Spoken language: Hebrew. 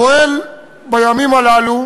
פועל בימים הללו,